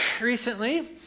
recently